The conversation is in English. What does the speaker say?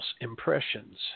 impressions